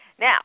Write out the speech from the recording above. Now